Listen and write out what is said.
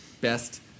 best